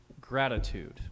gratitude